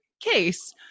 case